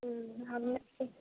हम